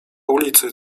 ulicy